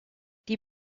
die